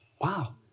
Wow